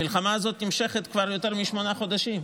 המלחמה הזאת נמשכת כבר יותר משמונה חודשים.